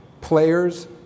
players